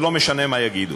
ולא משנה מה יגידו,